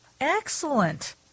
excellent